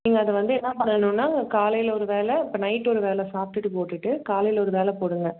நீங்கள் அதை வந்து என்ன பண்ணணும்னா காலையில் ஒரு வேளை இப்போ நைட் ஒரு வேளை சாப்பிடுட்டு போட்டுட்டு காலையில் ஒரு வேளை போடுங்கள்